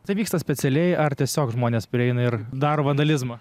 tai vyksta specialiai ar tiesiog žmonės prieina ir daro vandalizmą